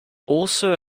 also